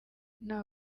nta